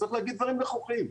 צריך להגיד דברים נוכחים.